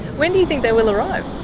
when do you think they will arrive?